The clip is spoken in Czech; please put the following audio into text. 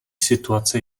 situace